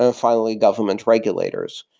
ah finally, government regulators.